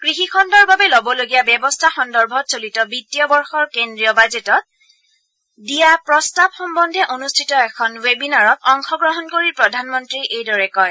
কৃষি খণ্ডৰ বাবে ল'বলগীয়া ব্যৱস্থা সন্দৰ্ভত চলিত বিত্তীয় বৰ্ষৰ কেন্দ্ৰীয় বাজেটত দিয়া প্ৰস্তাৱ সম্বন্ধে অনুষ্ঠিত এখন ৱেবিনাৰত অংশগ্ৰহণ কৰি প্ৰধানমন্ত্ৰীয়ে এইদৰে কয়